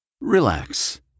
Relax